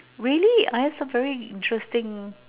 really I have some very interesting